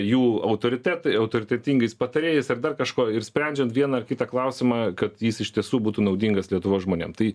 jų autoritetui autoritetingais patarėjais ar dar kažko ir sprendžiant vieną ar kitą klausimą kad jis iš tiesų būtų naudingas lietuvos žmonėm tai